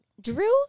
Drew